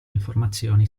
informazioni